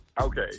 Okay